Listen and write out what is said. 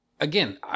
again